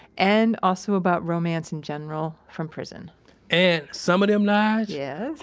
and also about romance in general from prison and some of them, nige? yes?